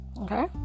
okay